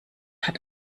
hat